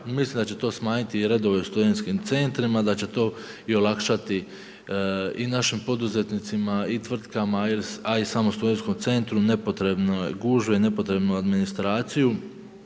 Mislim da će to smanjiti i redove u studentskim centrima da će to i olakšati i našim poduzetnicima i tvrtkama, a i samom studentskom centru nepotrebne gužve i nepotrebnu administraciju